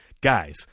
guys